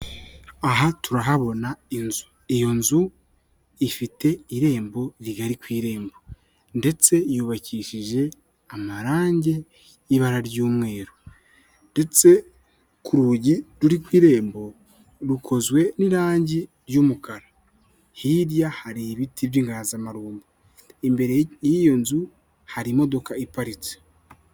Aha turahabona inzu, iyo nzu ifite irembo rigari ku irembo, ndetse yubakishije amarangi y'ibara ry'umweru, ndetse ku rugi ruri ku irembo rukozwe n'irangi ry'umukara, hirya hari ibiti by'inganzamarumbo, imbere y'iyo nzu hari imodoka iparitse.